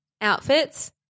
outfits